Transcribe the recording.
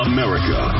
America